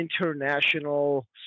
international